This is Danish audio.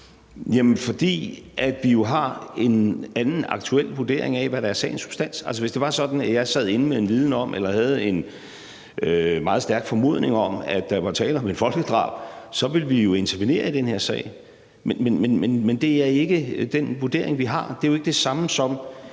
er jo, fordi vi har en anden aktuel vurdering af, hvad der er sagens substans. Hvis det var sådan, at jeg sad inde med en viden om eller havde en meget stærk formodning om, at der var tale om et folkedrab, så ville vi jo intervenere i den her sag. Men det er ikke den vurdering, vi har. Det er jo ikke det samme som,